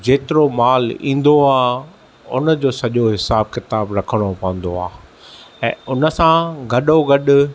जेतिरो मालु ईंदो आहे उन जो सॼो हिसाब किताब रखणो पवंदो आहे ऐं हुन सां गॾोगॾु